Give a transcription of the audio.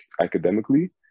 academically